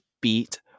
beat